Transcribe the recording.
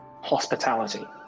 Hospitality